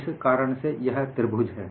इस कारण से यह त्रिभुज है